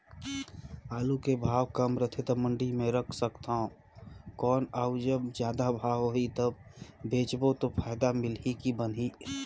आलू के भाव कम रथे तो मंडी मे रख सकथव कौन अउ जब जादा भाव होही तब बेचबो तो फायदा मिलही की बनही?